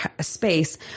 space